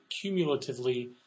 cumulatively